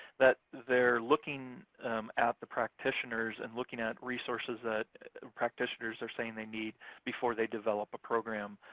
that they're looking at the practitioners and looking at resources that practitioners are saying they need before they develop a program.